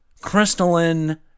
crystalline